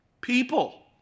People